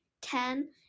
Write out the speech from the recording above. Ten